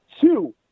Two